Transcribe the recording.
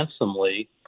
handsomely